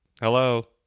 Hello